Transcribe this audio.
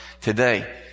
today